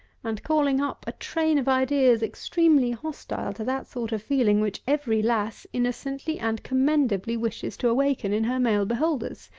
and calling up a train of ideas extremely hostile to that sort of feeling which every lass innocently and commendably wishes to awaken in her male beholders?